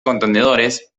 contenedores